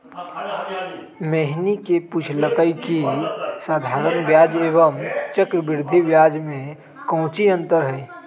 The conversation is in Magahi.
मोहिनी ने पूछल कई की साधारण ब्याज एवं चक्रवृद्धि ब्याज में काऊची अंतर हई?